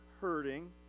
hurting